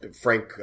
Frank